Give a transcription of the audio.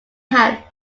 had